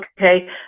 Okay